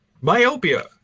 myopia